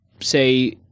say